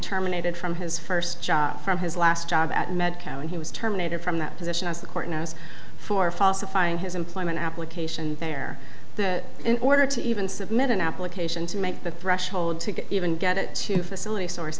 terminated from his first job from his last job at medco and he was terminated from that position as the court knows for falsifying his employment application there in order to even submit an application to make the threshold to even get it to facility source